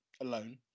alone